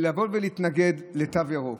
שלבוא ולהתנגד לתו ירוק,